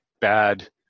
bad